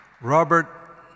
Robert